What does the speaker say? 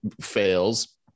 fails